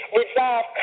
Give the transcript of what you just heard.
resolve